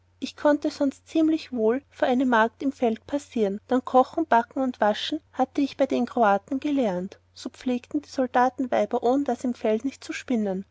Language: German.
ich konnte sonst ziemlich wohl vor eine magd im feld passieren dann kochen backen und wäschen hatte ich bei den kroaten gelernet so pflegen die soldatenweiber ohndas im feld nicht zu spinnen